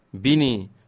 Bini